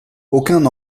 aucun